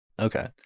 Okay